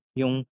yung